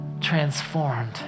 transformed